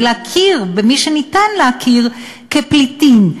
ולהכיר במי שניתן להכיר כפליטים,